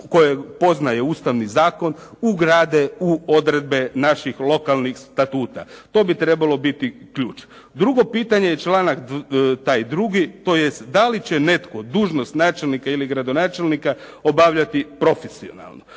koje poznaje Ustavni zakon ugrade u odredbe naših lokalnih statuta. To bi trebalo biti ključ. Drugo pitanje je članak taj drugi, tj. da li će netko dužnost načelnika ili gradonačelnika obavljati profesionalno.